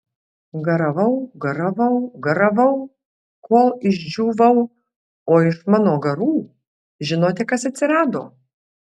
garavau garavau garavau kol išdžiūvau o iš mano garų žinote kas atsirado